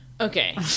Okay